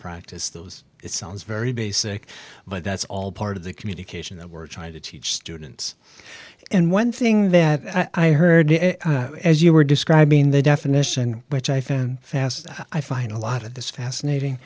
practice those it sounds very basic but that's all part of the communication that we're trying to teach students and one thing that i heard as you were describing the definition which i think fast i find a lot of this fascinating